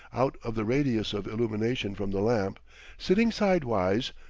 out of the radius of illumination from the lamp sitting sidewise,